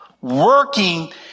working